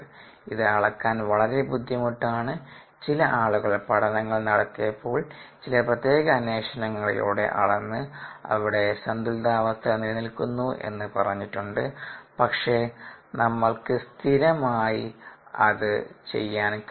ഇത് അളക്കാൻ വളരെ ബുദ്ധിമുട്ടാണ് ചില ആളുകൾ പഠനങ്ങൾ നടത്തിയപ്പോൾ ചില പ്രത്യേക അന്വേഷണങ്ങളിലൂടെ അളന്ന് അവിടെ സന്തുലിതാവസ്ഥ നിലനിൽക്കുന്നു എന്ന് പറഞ്ഞിട്ടുണ്ട് പക്ഷേ നമ്മൾക്ക് സ്ഥിരമായി അത് ചെയ്യാൻ കഴിയില്ല